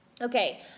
Okay